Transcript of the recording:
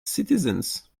citizens